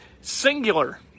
singular